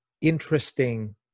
interesting